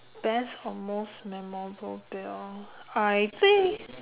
best or most memorable meal I think